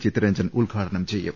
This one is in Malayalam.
ചിത്തരഞ്ജൻ ഉദ്ഘാടനം ചെയ്യും